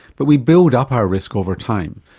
but we build up our risk over time.